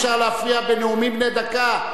אי-אפשר להפריע בנאומים בני דקה.